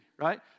right